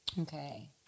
Okay